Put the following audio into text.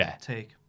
take